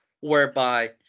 whereby